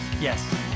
Yes